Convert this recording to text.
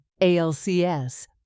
ALCS